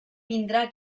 vindrà